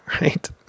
Right